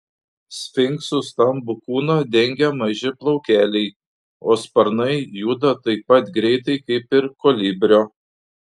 sfinkso stambų kūną dengia maži plaukeliai o sparnai juda taip pat greitai kaip ir kolibrio